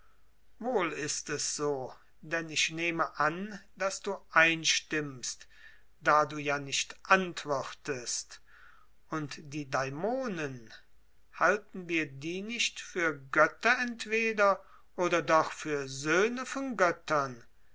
wohl ist es so denn ich nehme an daß du einstimmst da du ja nicht antwortest und die daimonen halten wir die nicht für götter entweder oder doch für söhne von göttern